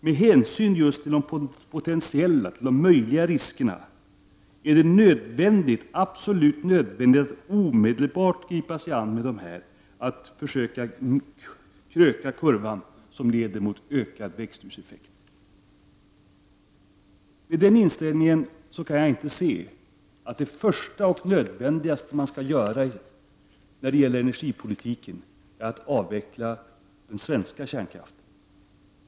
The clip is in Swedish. Med hänsyn just till de möjliga riskerna är det absolut nödvändigt att omedelbart gripa sig an med att försöka kröka kurvan som leder mot ökad drivhuseffekt. Med den inställningen kan jag inte se att det första och angelägnaste man skall göra när det gäller energipolitiken är att avveckla den svenska kärnkraften.